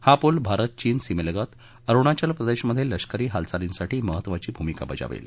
हा पूल भारत चीन सीमेलगत अरुणाचल प्रदेशमधे लष्करी हालचालींसाठी महत्त्वाची भूमिका बजावेल